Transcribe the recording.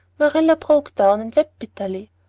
marilla broke down and wept bitterly.